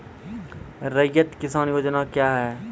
रैयत किसान योजना क्या हैं?